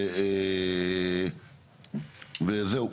וזהו.